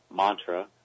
mantra